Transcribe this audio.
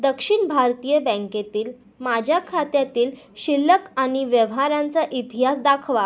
दक्षिण भारतीय बँकेतील माझ्या खात्यातील शिल्लक आणि व्यवहारांचा इतिहास दाखवा